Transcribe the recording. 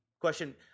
question